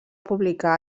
publicar